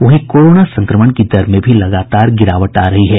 वहीं कोरोना संक्रमण की दर में भी लगातार गिरावट आ रही है